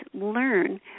learn